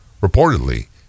Reportedly